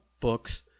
books